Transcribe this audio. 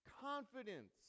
confidence